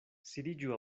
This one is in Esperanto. sidiĝu